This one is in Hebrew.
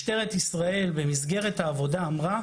משטרת ישראל במסגרת העבודה אמרה,